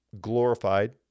glorified